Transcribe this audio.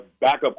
backup